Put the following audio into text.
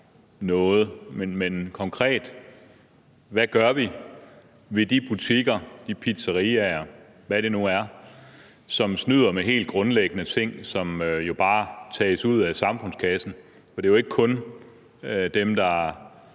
noget, men hvad gør vi konkret ved de butikker, de pizzeriaer, og hvad det nu er, som snyder med helt grundlæggende ting, som jo bare tages ud af samfundskassen? For det er ikke kun dem, der